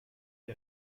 der